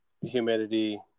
humidity